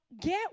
get